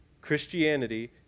Christianity